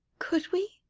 could we?